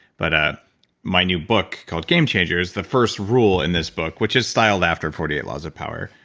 but ah my new book called game changers. the first rule in this book which is styled after forty eight laws of power,